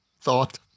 thought